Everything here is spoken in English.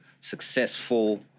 successful